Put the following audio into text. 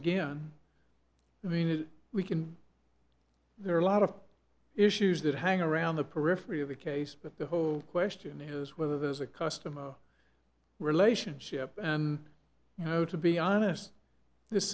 again i mean we can there are a lot of issues that hang around the periphery of the case but the whole question is whether there's a customer relationship and you know to be honest